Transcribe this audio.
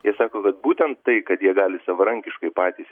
jie sako kad būtent tai kad jie gali savarankiškai patys